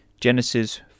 Genesis